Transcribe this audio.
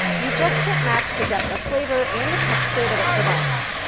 you just can't match the depth of flavor and the texture that it provides.